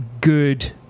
good